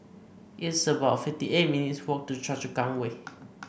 it's about fifty eight minutes' walk to Choa Chu Kang Way